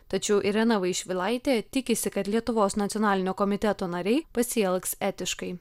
tačiau irena vaišvilaitė tikisi kad lietuvos nacionalinio komiteto nariai pasielgs etiškai